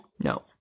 No